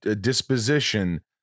disposition